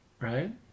right